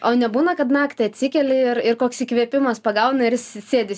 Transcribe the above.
o nebūna kad naktį atsikeli ir ir koks įkvėpimas pagauna ir sėdi